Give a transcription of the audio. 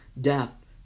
death